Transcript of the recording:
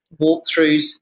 walkthroughs